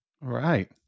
right